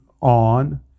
on